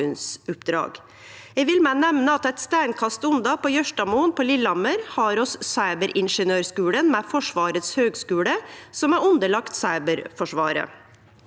Eg vil òg nemne at eit steinkast unna, på Jørstadmoen på Lillehammer, har vi Cyberingeniørskolen ved Forsvarets høgskule, som er underlagt Cyberforsvaret.